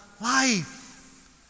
life